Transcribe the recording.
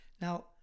Now